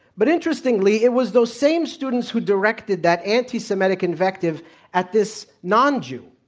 but interestingly, it was those same students who directed that anti-semitic invective at this non-jew